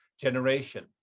generation